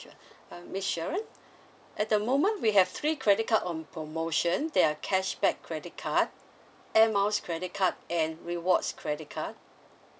sure uh miss sharon at the moment we have three credit card on promotion there are cashback credit card air miles credit card and rewards credit card